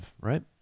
right